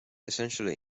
essentially